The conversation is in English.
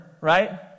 right